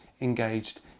engaged